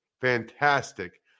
fantastic